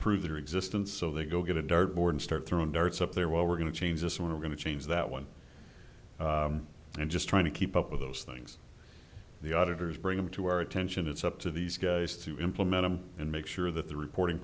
prove their existence so they go get a dart board and start throwing darts up there well we're going to change this one i'm going to change that one and i'm just trying to keep up with those things the auditors bring them to our attention it's up to these guys to implemented and make sure that the reporting